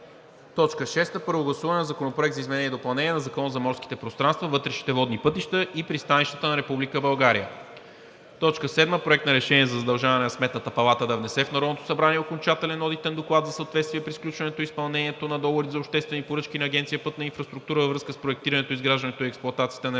6. Първо гласуване на Законопроекта за изменение и допълнение на 3акона за морските пространства, вътрешните водни пътища и пристанищата на Република България. 7. Проект на решение за задължаване на Сметната палата да внесе в Народното събрание окончателен одитен доклад за съответствие при сключването и изпълнението на договорите за обществени поръчки на Агенция „Пътна инфраструктура“ във връзка с проектирането, изграждането и експлоатацията на